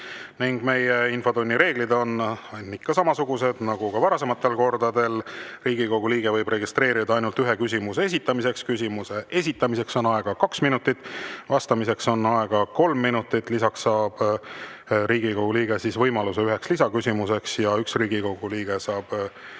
Meie infotunni reeglid on ikka samasugused nagu ka varasematel kordadel. Riigikogu liige võib registreeruda ainult ühe küsimuse esitamiseks. Küsimuse esitamiseks on aega kaks minutit, vastamiseks on aega kolm minutit. Lisaks saab Riigikogu liige võimaluse ühe [täpsustava] küsimuse [küsimiseks] ja üks Riigikogu liige saab